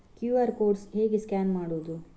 QR code ಹೇಗೆ scan ಮಾಡುವುದು?